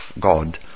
God